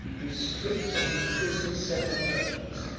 who stripped and imprisoned several merchants,